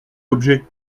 l’objet